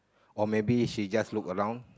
or maybe she just look around